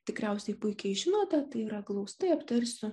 tikriausiai puikiai žinote tai yra glaustai aptarsiu